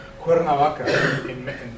Cuernavaca